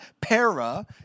para